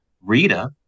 Rita